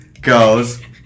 goes